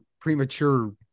premature